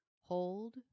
hold